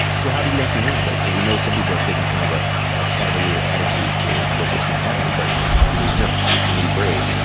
so how do you actually handle that? because we know some people have taken kind of a ah cavalier attitude towards what we're seein' happenin'. but you need milk. you need bread.